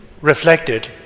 reflected